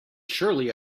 surely